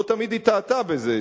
לא תמיד טעתה בזה,